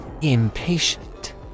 impatient